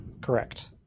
Correct